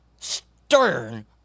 Stern